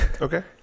okay